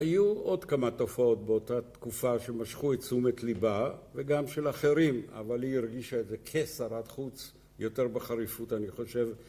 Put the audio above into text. היו עוד כמה תופעות באותה תקופה שמשכו את תשומת ליבה וגם של אחרים, אבל היא הרגישה את זה כשרת חוץ יותר בחריפות אני חושב.